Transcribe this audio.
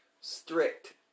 strict